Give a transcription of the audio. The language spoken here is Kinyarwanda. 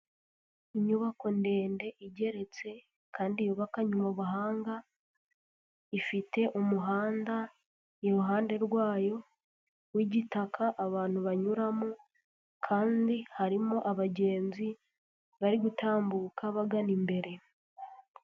Inyubako ndende igeretse kandi yubakanywe ubuhanga, ifite umuhanda iruhande rwayo w'igitaka abantu banyuramo kandi harimo abagenzi bari gutambuka bagana imbere.